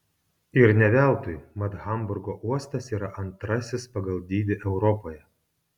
ir ne veltui mat hamburgo uostas yra antrasis pagal dydį europoje